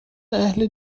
اهل